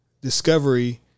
discovery